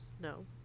no